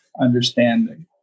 understanding